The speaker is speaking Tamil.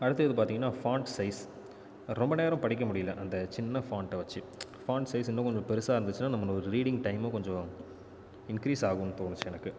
அடுத்தது பார்த்தீங்கன்னா ஃபான்ட் சைஸ் ரொம்ப நேரம் படிக்க முடியலை அந்த சின்ன ஃபான்ட்டை வெச்சி ஃபான்ட் சைஸ் இன்னும் கொஞ்சம் பெருசாக இருந்துச்சுன்னா நம்மளோடய ரீடிங் டைமும் கொஞ்சம் இன்கிரீஸ் ஆகும்னு தோணுச்சு எனக்கு